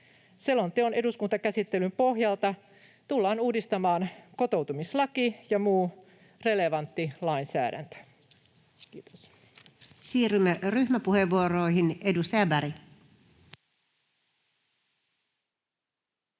Selonteon eduskuntakäsittelyn pohjalta tullaan uudistamaan kotoutumislaki ja muu relevantti lainsäädäntö. — Kiitos. Siirrymme ryhmäpuheenvuoroihin. — Edustaja Berg.